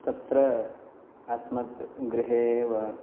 तत्र अस्मत् गृहेव